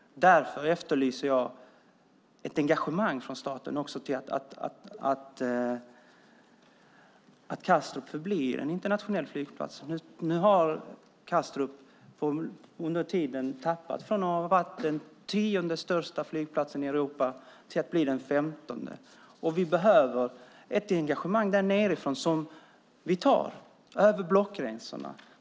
Därför efterlyser jag också ett engagemang från staten när det gäller att Kastrup ska förbli en internationell flygplats. Nu har Kastrup under tiden tappat från att ha varit den tionde största flygplatsen i Europa till att bli den femtonde. Vi behöver ett engagemang där nere, som vi har, över blockgränserna.